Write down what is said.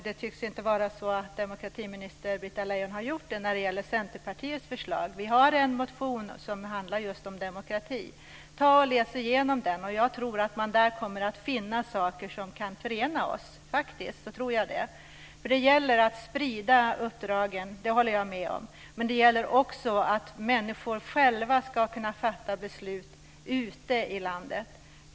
Det tycks inte vara så att demokratiminister Britta Lejon har satt sig in i Centerpartiets förslag. Vi har en motion som handlar just om demokrati. Ta och läs igenom den! Jag tror att man där kommer att finna saker som kan förena oss. Faktiskt tror jag det. Det gäller att sprida uppdragen, det håller jag med om, men det gäller också att människor själva ska kunna fatta beslut ute i landet.